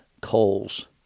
coals